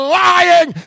lying